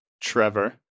Trevor